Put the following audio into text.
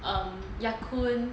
um ya kun